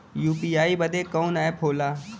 UPI बदे कवन app होला?